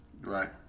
Right